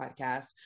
podcast